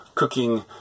cooking